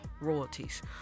royalties